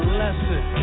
lesson